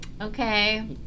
Okay